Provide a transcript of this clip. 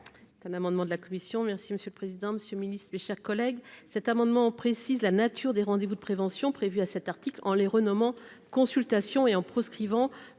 C'est un amendement de la commission, merci monsieur le président, Monsieur le Ministre, mes chers collègues, cet amendement précise la nature des rendez vous de prévention prévues à cet article, en les renommant consultation et en proscrivant le recours à